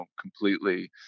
completely